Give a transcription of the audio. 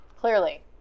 Clearly